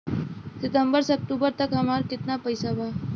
सितंबर से अक्टूबर तक हमार कितना पैसा बा?